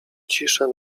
ciszę